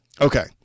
Okay